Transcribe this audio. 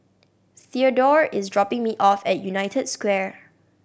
Theodore is dropping me off at United Square